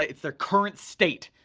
ah it's their current state,